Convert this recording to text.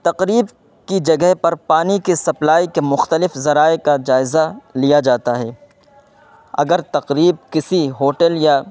تقریب کی جگہ پر پانی کی سپلائی کے مختلف ذرائع کا جائزہ لیا جاتا ہے اگر تقریب کسی ہوٹل یا